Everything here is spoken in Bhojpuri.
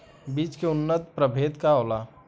बीज के उन्नत प्रभेद का होला?